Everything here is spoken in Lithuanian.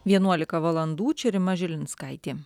vienuolika valandų čia rima žilinskaitė